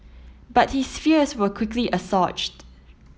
but his fears were quickly assuaged